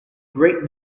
great